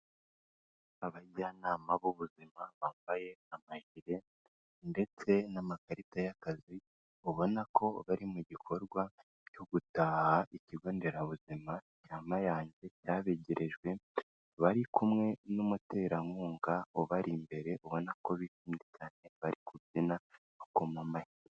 Abajyanama b'ubuzima bambaye amajire ndetse n'amakarita y'akazi, ubona ko bari mu gikorwa cyo gutaha ikigo nderabuzima cya Mayange cyabegerejwe, bari kumwe n'umuterankunga ubari imbere, ubona ko bishimye cyane bari kubyina, bakoma amashyi.